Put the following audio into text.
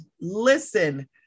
listen